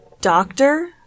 Doctor